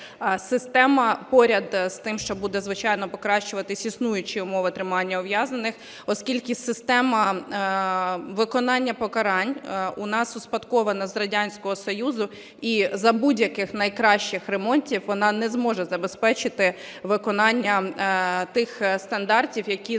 система поряд з тим, що буде, звичайно, покращуватись існуючі умови тримання ув'язнених, оскільки система виконання покарань у нас успадкована з Радянського Союзу, і за будь-яких найкращих ремонтів вона не зможе забезпечити виконання тих стандартів, які